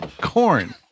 corn